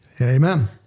Amen